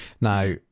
now